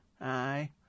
aye